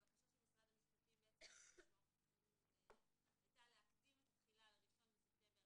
הבקשה של משרד המשפטים היתה להקדים את התחילה ל-1 לספטמבר,